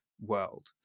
world